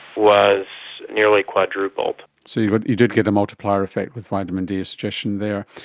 was nearly quadrupled. so you but you did get a multiplier effect with vitamin d, a suggestion there.